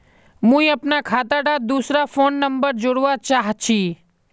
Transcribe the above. मुई अपना खाता डात दूसरा फोन नंबर जोड़वा चाहची?